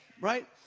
Right